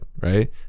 right